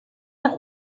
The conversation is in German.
nach